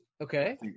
Okay